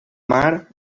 mar